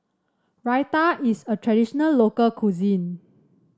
raita is a traditional local cuisine